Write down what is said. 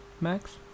Max